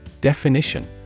Definition